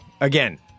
Again